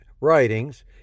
writings